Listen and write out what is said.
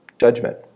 judgment